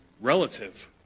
relative